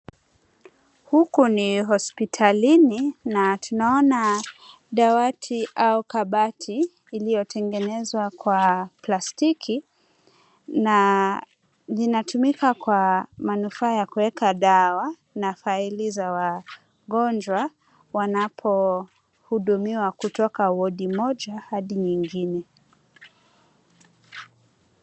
Huku ni hospitalini na tunaona dawati au kabati iliyotengenezwa kwa plastiki na inatumika kwa manufaa ya kuweka dawa na faili za wagonjwa wanapo hudumiwa kutoka wadi moja hadi nyingine.